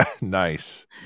Nice